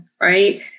right